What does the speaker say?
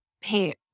paint